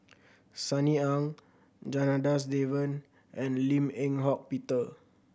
Sunny Ang Janadas Devan and Lim Eng Hock Peter